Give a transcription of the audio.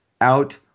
out